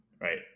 right